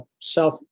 self